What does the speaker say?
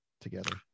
together